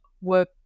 work